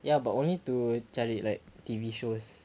ya but only to cari like T_V shows